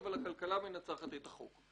הכלכלה מנצחת את החוק.